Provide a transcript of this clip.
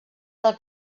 del